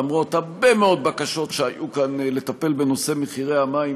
למרות הרבה מאוד בקשות שהיו כאן לטפל בנושא מחירי המים,